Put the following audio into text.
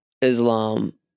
Islam